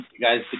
guys